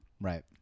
right